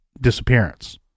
disappearance